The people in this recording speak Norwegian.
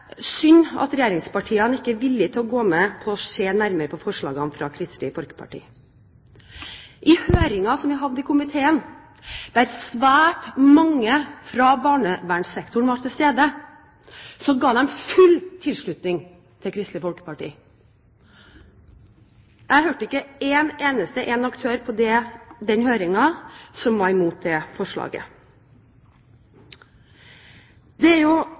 synd at regjeringspartiene ikke er villige til å gå med på å se nærmere på forslagene fra Kristelig Folkeparti. I høringen som vi hadde i komiteen, der svært mange fra barnevernssektoren var til stede, ble det gitt full tilslutning til Kristelig Folkeparti. Jeg hørte ikke en eneste aktør på den høringen som var imot dette forslaget. Det er jo